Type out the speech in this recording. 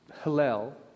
Hillel